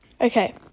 Okay